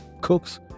cooks